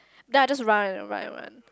then I just run and run and run